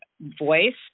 voice